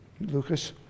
Lucas